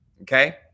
Okay